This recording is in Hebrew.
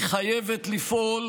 היא חייבת לפעול